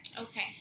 Okay